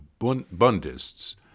Bundists